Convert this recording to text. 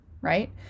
right